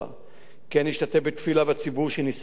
כן השתתף בתפילה בציבור שנישאה במקום.